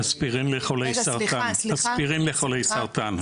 אספירין לחולי סרטן, אספירין לחולי סרטן.